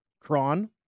Kron